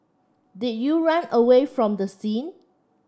did you run away from the scene